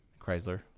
Chrysler